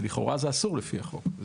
ולכאורה זה אסור על פי החוק.